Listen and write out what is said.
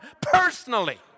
personally